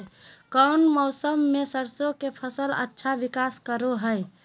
कौन मौसम मैं सरसों के फसल अच्छा विकास करो हय?